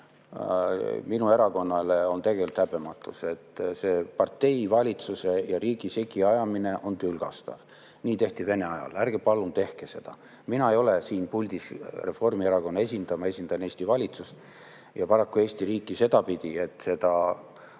minu erakonnale, on tegelikult häbematus. Partei, valitsuse ja riigi segiajamine on tülgastav. Nii tehti Vene ajal. Ärge palun tehke seda. Mina ei ole siin puldis Reformierakonna esindajana, ma esindan Eesti valitsust ja paraku Eesti riiki sedapidi, et seda